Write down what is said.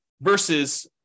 versus